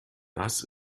das